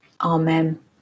Amen